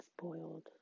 spoiled